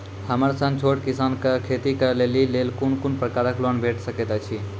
हमर सन छोट किसान कअ खेती करै लेली लेल कून कून प्रकारक लोन भेट सकैत अछि?